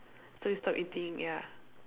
so we stop eating ya